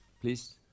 Please